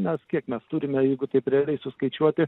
mes kiek mes turime jeigu taip realiai suskaičiuoti